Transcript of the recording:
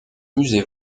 musée